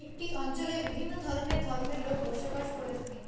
একটি অঞ্চলে বিভিন্ন ধরনের ধর্মের লোক বসবাস করে থাকেন